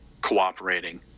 cooperating